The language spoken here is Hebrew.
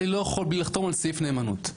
אני לא יכול בלי לחתום על סעיף נאמנות,